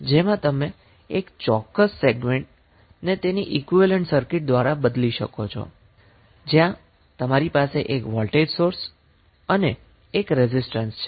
જેમાં તમે એક ચોક્કસ સેગમેન્ટને તેની ઈક્વીવેલેન્ટ સર્કિટ દ્વારા બદલી શકો છો જ્યાં તમારી પાસે એક વોલ્ટેજ સૌર્સ અને એક રેસિસ્ટન્સ છે